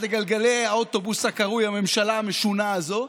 לגלגלי האוטובוס הקרוי הממשלה המשונה הזאת,